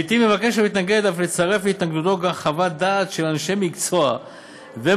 לעתים המתנגד מבקש לצרף להתנגדותו גם חוות דעת של אנשי מקצוע ומומחים,